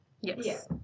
Yes